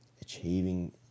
achieving